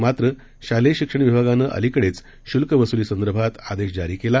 मात्र शालेय शिक्षण विभागानं अलिकडेच शुल्क वसूली संदर्भात आदेश जारी केला